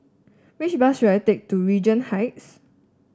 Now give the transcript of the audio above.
which bus should I take to Regent Heights